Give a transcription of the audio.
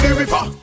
river